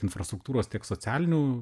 infrastruktūros tiek socialinių